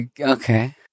okay